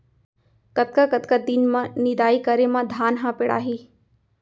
कतका कतका दिन म निदाई करे म धान ह पेड़ाही?